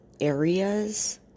areas